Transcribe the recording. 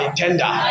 tender